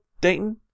Dayton